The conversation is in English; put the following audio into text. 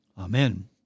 Amen